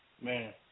man